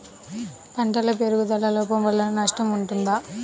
పంటల పెరుగుదల లోపం వలన నష్టము ఉంటుందా?